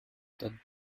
that